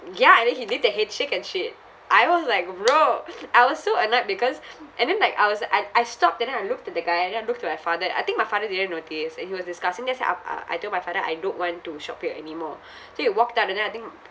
ya and he did the head shake and shit I was like bro I was so annoyed because and then like I was uh I I stopped and then I looked at the guy and then I looked to my father I think my father didn't notice and he was discussing then I say appa I told my father I don't want to shop here anymore so we walked out and then I think